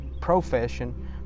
profession